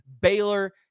Baylor